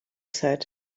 said